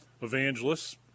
evangelists